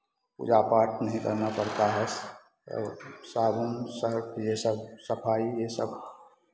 पूजापाठ नहीं करना पड़ता है साबुन सर्फ ये सब सफाई ये सब